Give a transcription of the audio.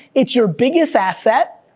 it's your biggest asset,